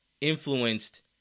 influenced